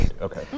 okay